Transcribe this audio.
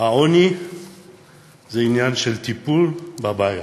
העוני זה עניין של טיפול בבעיה.